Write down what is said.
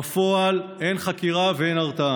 בפועל אין חקירה ואין הרתעה.